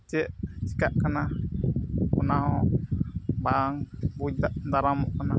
ᱪᱮᱫ ᱪᱮᱠᱟᱜ ᱠᱟᱱᱟ ᱚᱱᱟᱦᱚᱸ ᱵᱟᱝ ᱵᱩᱡᱽ ᱫᱟᱨᱟᱢᱚᱜ ᱠᱟᱱᱟ